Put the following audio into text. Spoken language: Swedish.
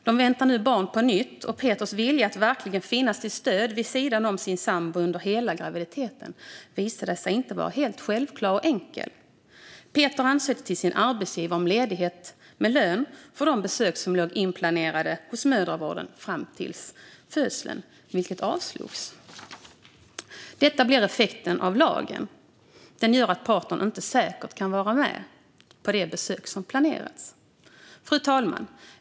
De väntar nu barn på nytt, och Peters vilja att verkligen finnas till stöd vid sidan om sin sambo under hela graviditeten har visat sig inte vara helt självklar och enkel. Peter ansökte hos sin arbetsgivare om ledighet med lön för de besök som låg inplanerade hos mödravården fram till födseln, vilket avslogs. Detta blir effekten av lagen. Den gör att partnern inte säkert kan vara med på de besök som planerats. Fru talman!